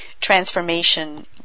transformation